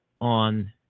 on